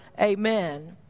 Amen